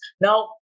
Now